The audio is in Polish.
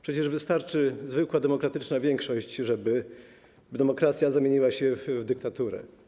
Przecież wystarczy zwykła demokratyczna większość, żeby demokracja zamieniła się w dyktaturę.